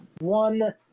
one